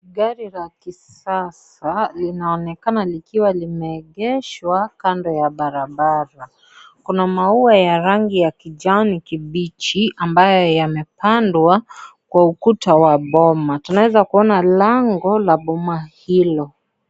Gari la kisasa linaonekana likiwa limeegeshwa kando ya barabara, kuna maua ya rangi ya kijani kibichi ambayo yamepandwa kwa ukuta wa boma, tunaweza kuona lango la boma hilo.